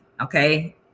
Okay